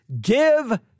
give